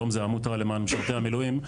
היום זה העמותה למען משרתי המילואים.